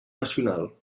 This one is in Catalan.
nacional